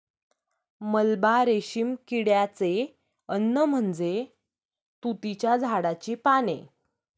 मलबा रेशीम किड्याचे अन्न म्हणजे तुतीच्या झाडाची पाने